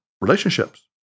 relationships